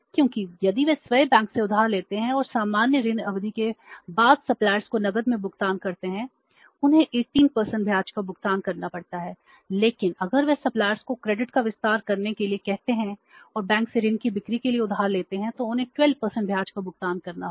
क्योंकि यदि वे स्वयं बैंक से उधार लेते हैं और सामान्य ऋण अवधि के बाद सप्लायर्स को क्रेडिट का विस्तार करने के लिए कहते हैं और बैंक से ऋण की बिक्री के लिए उधार लेते हैं तो उन्हें 12 ब्याज का भुगतान करना होगा